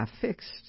fixed